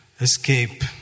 escape